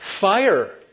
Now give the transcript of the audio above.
fire